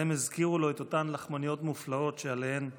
והם הזכירו לו את אותן לחמניות מופלאות שעליהן חלם,